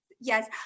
Yes